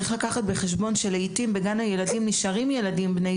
צריך לקחת בחשבון שלעתים בגן הילדים נשארים ילדים בני